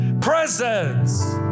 Presence